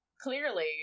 Clearly